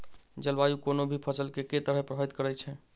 जलवायु कोनो भी फसल केँ के तरहे प्रभावित करै छै?